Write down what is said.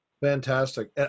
fantastic